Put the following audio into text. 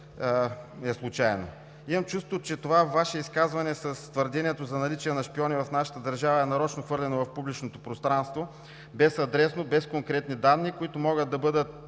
е случайно. Имам чувството, че това Ваше изказване с твърдението за наличие на шпиони в нашата държава е нарочно хвърлено в публичното пространство, безадресно, без конкретни данни, които могат да бъдат